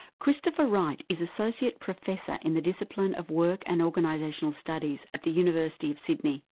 christopher wright is associate professor in the discipline of work and organisational studies at the university of sydney.